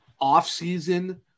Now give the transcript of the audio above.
off-season